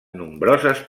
nombroses